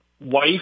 wife